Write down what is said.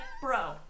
bro